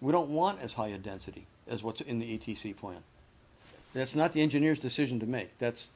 we don't want as high a density as what's in the e t c plan that's not the engineers decision to make that's